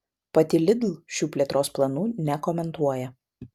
pati lidl šių plėtros planų nekomentuoja